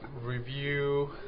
review